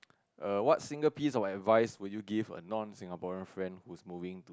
err what single piece of advice would you give a non Singaporean friend who's moving to